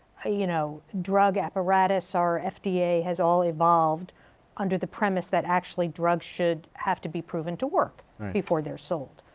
ah you know, drug apparatus, our fda has all evolved under the premise that actually drugs should have to be proven to work before they're sold.